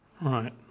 Right